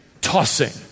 tossing